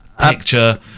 picture